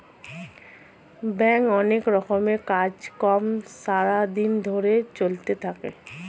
ব্যাংকে অনেক রকমের কাজ কর্ম সারা দিন ধরে চলতে থাকে